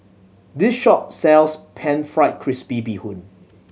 this shop sells Pan Fried Crispy Bee Hoon